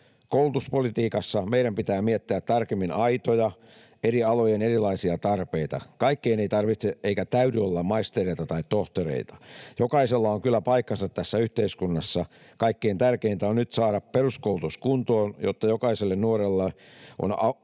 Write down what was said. Koulutuspolitiikassa meidän pitää miettiä tarkemmin aitoja eri alojen erilaisia tarpeita. Kaikkien ei tarvitse eikä täydy olla maistereita tai tohtoreita, jokaisella on kyllä paikkansa tässä yhteiskunnassa. Kaikkein tärkeintä on nyt saada peruskoulutus kuntoon, jotta jokaiselle nuorelle on